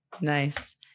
nice